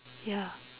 ya